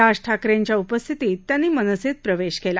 राज ठाकरेंच्या उपस्थितीत त्यांनी मनसेत प्रवेश केला